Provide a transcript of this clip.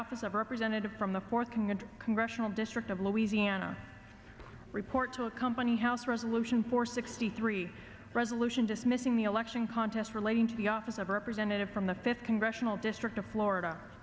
office of representative from the forking and congressional district of louisiana report to accompany house resolution four sixty three resolution dismissing the election contests relating to the office of representative from the fifth congressional district of florida